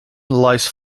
lies